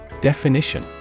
Definition